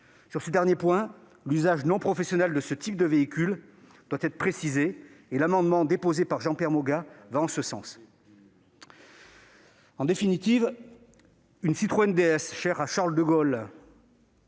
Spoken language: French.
Sur ce dernier point, l'usage non professionnel de ce type de véhicule doit être précisé : l'amendement déposé par Jean-Pierre Moga y contribue. En définitive, la Citroën DS, si chère à Charles de Gaulle-